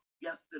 yesterday